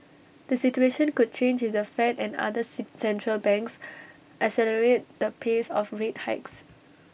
the situation could change if the fed and other C central banks accelerate the pace of rate hikes